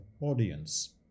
audience